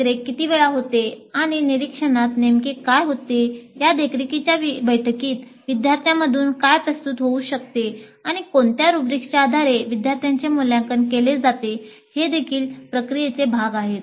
देखरेख किती वेळा होते आणि निरीक्षणात नेमके काय होते या देखरेखीच्या बैठकीत विद्यार्थ्यांमधून काय प्रस्तुत होऊ शकते आणि कोणत्या रुब्रिक्सच्या आधारे विद्यार्थ्यांचे मूल्यांकन केले जाते हे देखील प्रक्रियेचे भाग आहेत